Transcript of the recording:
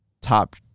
top